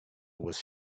was